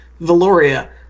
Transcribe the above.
Valoria